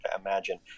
imagine